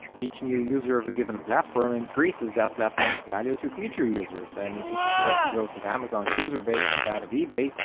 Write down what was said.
each new user of a given platform increases that platform's value to future users, and if you compare the growth of amazon's user base to that of ebay,